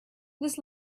this